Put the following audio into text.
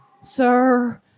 Sir